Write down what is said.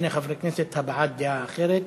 הבעת דעה אחרת.